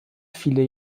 viele